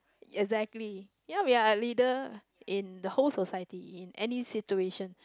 exactly ya we are a leader in the whole society in any situation